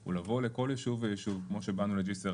הוא לבוא לכל יישוב ויישוב כמו שבאנו לג'סר